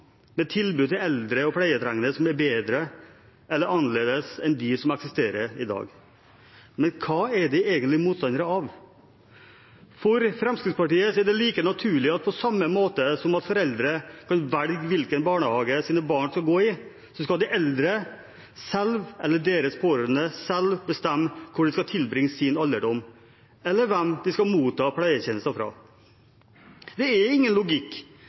med tilbud til eldre og pleietrengende som er bedre, eller annerledes, enn dem som eksisterer i dag. Men hva er de egentlig motstandere av? For Fremskrittspartiet er det like naturlig at på samme måte som foreldre kan velge hvilken barnehage barna deres skal gå i, skal de eldre selv, eller deres pårørende, bestemme hvor de skal tilbringe sin alderdom, eller hvem de skal motta pleietjenester fra. Det er ingen logikk